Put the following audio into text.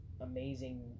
amazing